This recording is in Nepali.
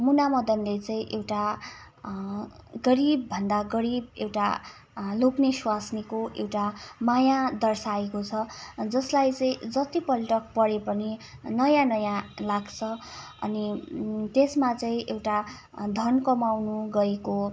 मुना मदनले चाहिँ एउटा गरिबभन्दा गरिब एउटा लोग्ने स्वास्नीको एउटा माया दर्साएको छ जसलाई चाहिँ जतिपल्ट पढे पनि नयाँ नयाँ लाग्छ अनि त्यसमा चाहिँ एउटा धन कमाउनु गएको